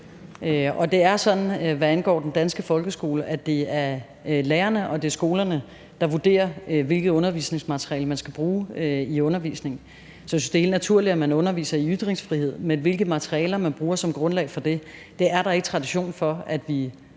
Og det er sådan, hvad angår den danske folkeskole, at det er lærerne og det er skolerne, der vurderer, hvilket undervisningsmateriale man skal bruge i undervisningen. Så jeg synes, det er helt naturligt, at man underviser i ytringsfrihed, men hvilket materiale man bruger som grundlag for det, er der ikke tradition for at vi